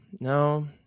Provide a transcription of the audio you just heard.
No